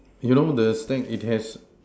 you know the stack it has